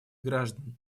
граждан